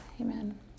Amen